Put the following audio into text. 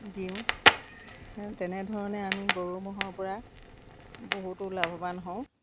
দিওঁ তেনেধৰণে আমি গৰু ম'হৰ পৰা বহুতো লাভৱান হওঁ